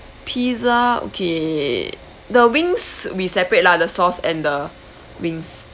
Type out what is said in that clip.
pizza okay the wings we separate lah the sauce and the wings